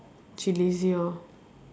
she lazy lor